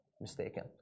mistaken